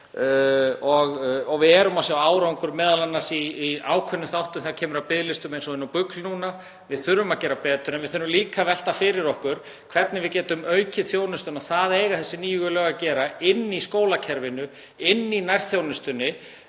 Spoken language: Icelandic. og við erum að sjá árangur, m.a. í ákveðnum þáttum þegar kemur að biðlistum eins og inni á BUGL núna. Við þurfum að gera betur en við þurfum líka að velta fyrir okkur hvernig við getum aukið þjónustuna og það eiga þessi nýju lög að gera inni í skólakerfinu, í nærþjónustunni.